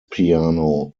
piano